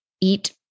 eat